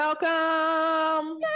Welcome